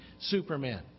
Superman